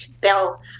Bell